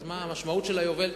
משמעות יובל,